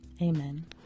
Amen